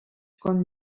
com